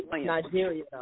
Nigeria